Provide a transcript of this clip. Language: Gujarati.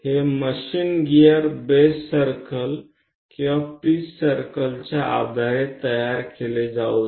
આ યંત્ર ગિયર કદાચ બેઝ વર્તુળ અથવા પિચ વર્તુળ ના આધારે રચાયેલું છે